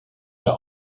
der